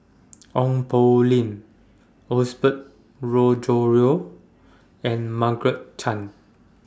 Ong Poh Lim Osbert Rozario and Margaret Chan